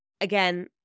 again